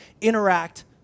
interact